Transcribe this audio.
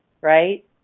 right